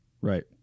Right